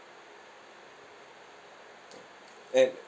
and